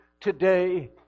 today